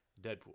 Deadpool